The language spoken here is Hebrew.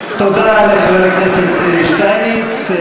תודה לחבר הכנסת שטייניץ.